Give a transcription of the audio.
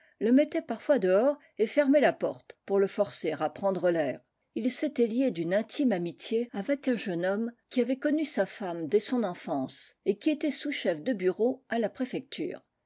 le mettait parfois dehors et fermait la porte pour le forcer à prendre l'air il s'était hé d une intime amitié avec un jeune homme qui avait connu sa femme dès son enfance et qui était sous-chef de bureau à la préfecture